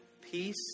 Peace